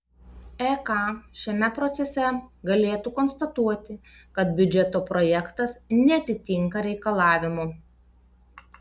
ek šiame procese galėtų konstatuoti kad biudžeto projektas neatitinka reikalavimų